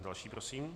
Další prosím.